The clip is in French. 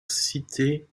cité